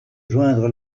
joindre